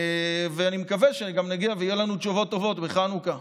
אני מקווה שגם נגיע ויהיו לנו תשובות טובות בחנוכה.